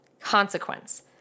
consequence